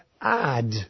add